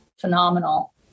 phenomenal